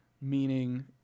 meaning